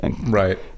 Right